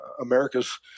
America's